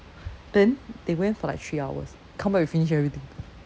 then they went for like three hours come back we finish everything